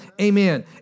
Amen